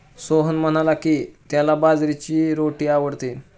सोहन म्हणाला की, त्याला बाजरीची रोटी आवडते